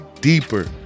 deeper